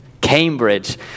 Cambridge